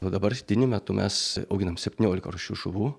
o dabartiniu metu mes auginam septyniolika rūšių žuvų